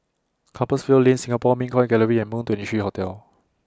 Compassvale Lane Singapore Mint Coin Gallery and Moon twenty three Hotel